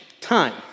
time